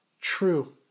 true